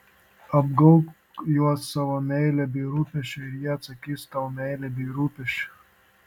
apgaubk juos savo meile bei rūpesčiu ir jie atsakys tau meile bei rūpesčiu